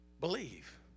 Believe